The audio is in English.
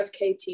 FKT